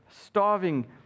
starving